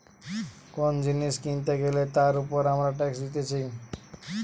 কোন জিনিস কিনতে গ্যালে তার উপর আমরা ট্যাক্স দিতেছি